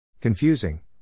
Confusing